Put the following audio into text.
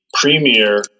premier